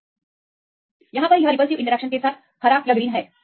आप देख सकते हैं कि प्रमुख प्रतिकारक इंटरेक्शन के साथ यह हरा है